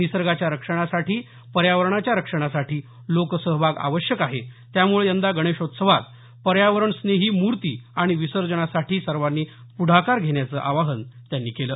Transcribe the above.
निसर्गाच्या रक्षणासाठी पर्यावरणाच्या रक्षणासाठी लोकसहभाग आवश्यक आहे त्यामुळे यंदा गणेशोत्सवात पर्यावरण स्नेही मूर्ती आणि विसर्जनासाठी सर्वांनी पुढाकार घेण्याचं आवाहन त्यांनी केलं